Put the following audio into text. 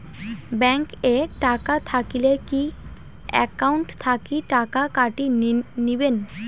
Bank এ টাকা থাকিলে কি একাউন্ট থাকি টাকা কাটি নিবেন?